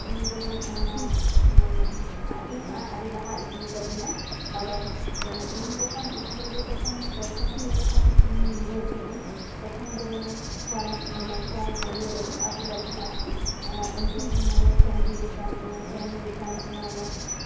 ᱤᱧ ᱡᱮᱢᱚᱱ ᱚᱱᱟ ᱤᱧ ᱟᱹᱰᱤ ᱞᱟᱦᱟ ᱤᱫᱤᱣᱠᱟᱫᱤᱧᱟᱭ ᱠᱟᱨᱚᱱ ᱤᱧ ᱡᱚᱠᱷᱚᱱ ᱤᱥᱠᱩᱞ ᱨᱮ ᱡᱚᱠᱷᱚᱱ ᱯᱨᱚᱛᱷᱚᱢᱚᱛᱚ ᱡᱚᱠᱷᱚᱱ ᱵᱷᱚᱨᱛᱤᱼᱟᱹᱧ ᱛᱚᱠᱷᱚᱱ ᱡᱮᱢᱚᱱ ᱯᱷᱨᱚᱢ ᱯᱷᱨᱚᱢ ᱤᱭᱟᱹ ᱞᱟᱹᱜᱤᱫ ᱟᱹᱜᱩ ᱞᱟᱹᱜᱤᱫ ᱟᱨᱠᱤ ᱩᱱ ᱡᱚᱠᱷᱚᱱ ᱢᱟᱱᱮ ᱥᱮᱱᱦᱩᱭ ᱠᱟᱱ ᱛᱤᱧᱟᱹ ᱢᱟᱱᱮ